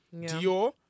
Dior